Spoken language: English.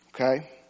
Okay